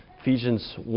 Ephesians